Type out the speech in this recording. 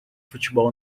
futebol